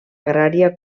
agrària